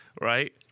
right